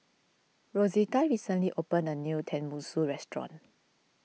Rosita recently opened a new Tenmusu Restaurant